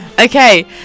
Okay